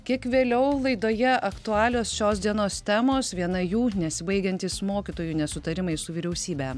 kiek vėliau laidoje aktualios šios dienos temos viena jų nesibaigiantys mokytojų nesutarimai su vyriausybe